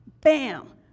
bam